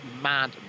mad